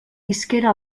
isquera